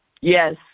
Yes